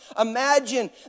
Imagine